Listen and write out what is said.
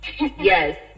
Yes